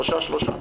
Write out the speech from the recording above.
שלושה-שלושה.